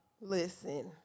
listen